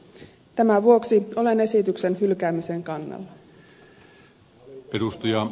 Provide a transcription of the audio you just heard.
tämän vuoksi olen esityksen hylkäämisen kannalla